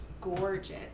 gorgeous